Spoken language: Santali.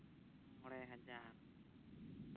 ᱢᱚᱬᱮ ᱦᱟᱡᱟᱨ